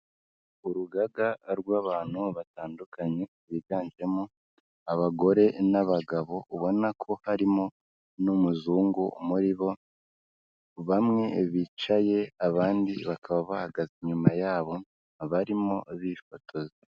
Urugaga rw'abantu batandukanye biganjemo abagore n'abagabo ubona ko harimo n'umuzungu muri bo, bamwe bicaye abandi bakaba bahagaze inyuma yabo barimo bifotoza.